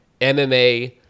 MMA